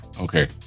Okay